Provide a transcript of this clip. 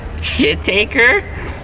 Shit-taker